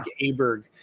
Aberg